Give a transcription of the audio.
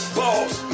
balls